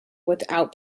without